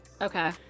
okay